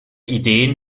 ideen